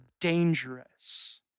dangerous